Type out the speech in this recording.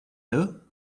dough